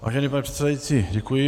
Vážený pane předsedající, děkuji.